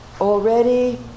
already